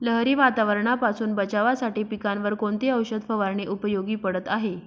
लहरी वातावरणापासून बचावासाठी पिकांवर कोणती औषध फवारणी उपयोगी पडत आहे?